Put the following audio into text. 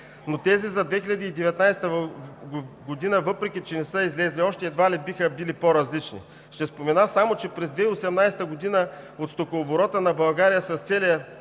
г. Тези за 2019 г., въпреки че не са излезли още, едва ли биха били по-различни. Ще спомена само, че през 2018 г. от стокооборота на България с целия